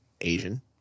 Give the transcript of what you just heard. Asian